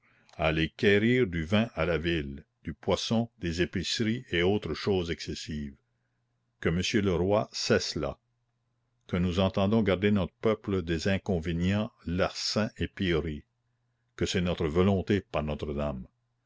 aller quérir du vin à la ville du poisson des épiceries et autres choses excessives que monsieur le roi sait cela que nous entendons garder notre peuple des inconvénients larcins et pilleries que c'est notre volonté par notre-dame